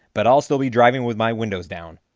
but i'll still be driving with my windows down.